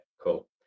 cool